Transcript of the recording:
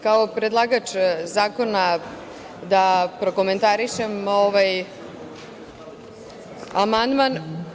Kao predlagač zakona da prokomentarišem ovaj amandman.